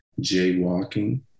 jaywalking